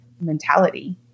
mentality